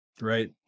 right